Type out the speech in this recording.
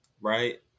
right